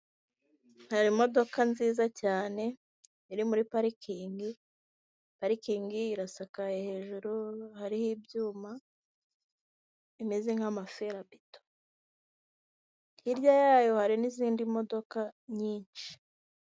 Hari imodoka nziza cyane iri muri parikingi, parikingi irasakaye hejuru, hariho ibyuma bimeze nk'amaferabeto. Hirya yayo hari n'izindi modoka nyinshi.